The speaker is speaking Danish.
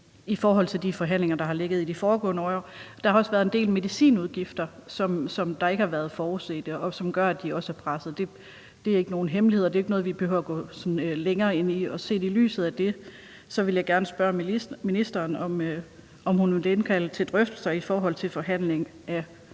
i forhold til de forhandlinger, der har været de foregående år. Der har også været en del medicinudgifter, som ikke har været forudset, og som også gør, at de er presset. Det er ikke nogen hemmelighed, og det er jo ikke noget, vi behøver at gå sådan længere ind i. Set i lyset af det vil jeg gerne spørge ministeren, om hun vil indkalde til drøftelser i forhold til forhandling om